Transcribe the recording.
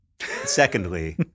Secondly